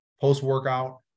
post-workout